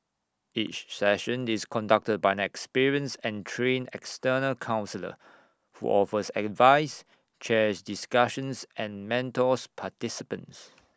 each session is conducted by an experienced and trained external counsellor who offers advice chairs discussions and mentors participants